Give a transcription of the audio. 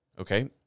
Okay